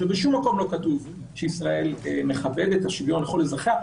בשום מקום לא כתוב שישראל מכבדת את השוויון לכל אזרחיה,